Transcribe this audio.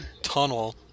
tunnel